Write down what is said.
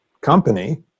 company